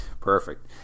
Perfect